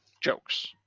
jokes